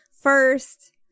First